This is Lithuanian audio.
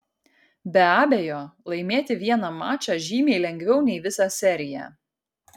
be abejo laimėti vieną mačą žymiai lengviau nei visą seriją